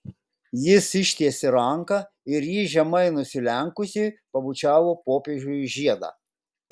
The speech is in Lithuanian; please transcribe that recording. jis ištiesė ranką ir ji žemai nusilenkusi pabučiavo popiežiui žiedą